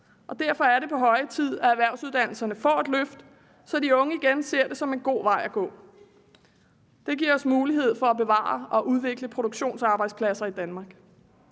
og derfor er det på høje tid, at erhvervsuddannelserne får et løft, så de unge igen ser det som en god vej at gå. Det giver os mulighed for at bevare og udvikle produktionsarbejdspladser i Danmark.